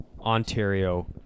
Ontario